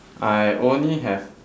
I only have